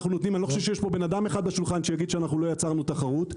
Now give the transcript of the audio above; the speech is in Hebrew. אני לא חושב שיש פה אדם אחד בשולחן שיגיד שלא יצרנו תחרות.